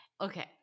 Okay